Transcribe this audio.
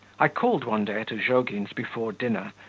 i called one day at ozhogin's before dinner,